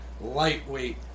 lightweight